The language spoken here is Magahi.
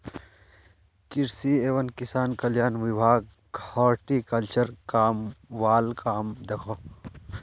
कृषि एवं किसान कल्याण विभाग हॉर्टिकल्चर वाल काम दखोह